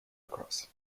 across